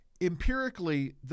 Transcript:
empirically